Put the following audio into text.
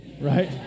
right